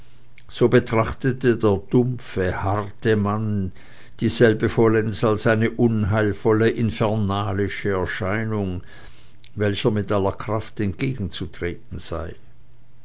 so betrachtete der dumpfe harte mann dieselbe vollends als eine unheilvolle infernalische erscheinung welcher mit aller kraft entgegenzutreten sei